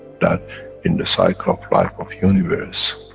that in the cycle of life of universe,